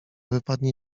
wypadnie